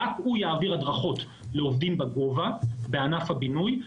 רק הוא יעביר הדרכות לעובדים בגובה בענף הבינוי.